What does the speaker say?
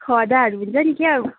खदाहरू हुन्छ नि क्या हो